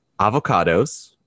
avocados